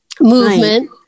movement